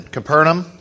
Capernaum